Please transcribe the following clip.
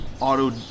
auto